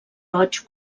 roig